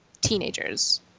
teenagers